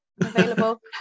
Available